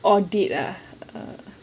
audit ah